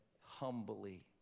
humbly